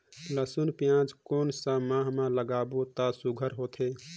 लसुन पियाज कोन सा माह म लागाबो त सुघ्घर होथे?